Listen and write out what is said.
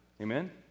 Amen